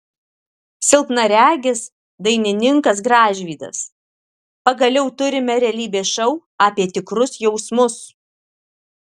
silpnaregis dainininkas gražvydas pagaliau turime realybės šou apie tikrus jausmus